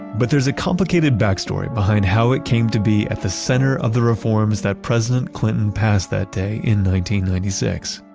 but there's a complicated backstory behind how it came to be at the center of the reforms that president clinton passed that day in ninety ninety six,